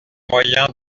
moyen